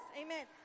Amen